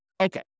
Okay